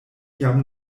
jam